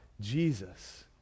Jesus